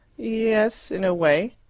yes in a way.